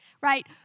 right